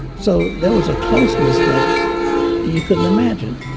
so there was a closeness that you couldn't imagine.